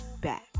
back